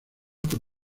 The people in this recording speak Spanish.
por